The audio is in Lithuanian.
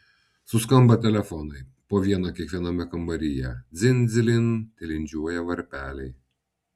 suskamba telefonai po vieną kiekviename kambaryje dzin dzilin tilindžiuoja varpeliai